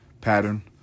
pattern